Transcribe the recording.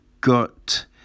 got